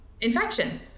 infection